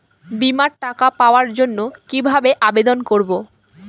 বিমার টাকা পাওয়ার জন্য কিভাবে আবেদন করব?